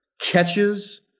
catches